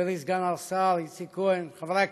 חברי סגן השר איציק כהן, חברי הכנסת,